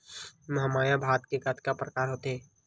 महमाया भात के कतका प्रकार होथे?